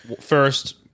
First